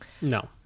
no